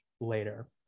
later